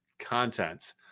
content